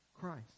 Christ